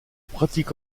pratique